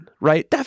right